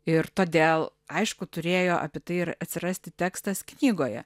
ir todėl aišku turėjo apie tai ir atsirasti tekstas knygoje